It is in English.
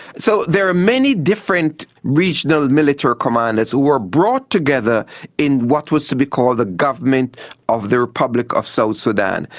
so there are many different regional military commanders who were brought together in what was to be called the government of the republic of south so sudan,